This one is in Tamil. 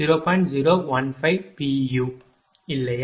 இல்லையா